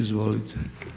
Izvolite.